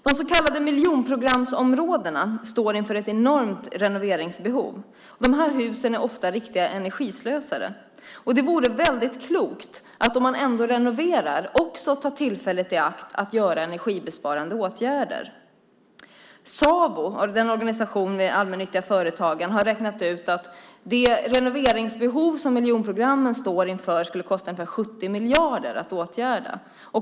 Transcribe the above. De så kallade miljonprogramsområdena står inför ett enormt renoveringsbehov. Husen är ofta riktiga energislösare, och det vore väldigt klokt att om man ändå renoverar också tar tillfället i akt och gör energibesparande åtgärder. Sabo, de allmännyttiga företagens organisation, har räknat ut att de renoveringsbehov som miljonprogrammen står inför skulle kosta ungefär 70 miljarder att åtgärda.